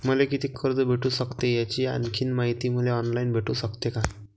मले कितीक कर्ज भेटू सकते, याची आणखीन मायती मले ऑनलाईन भेटू सकते का?